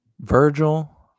Virgil